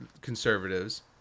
conservatives